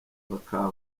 bakanga